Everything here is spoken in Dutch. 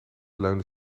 leunde